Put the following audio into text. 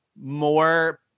more